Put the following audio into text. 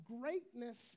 greatness